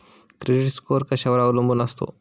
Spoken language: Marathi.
क्रेडिट स्कोअर कशावर अवलंबून असतो?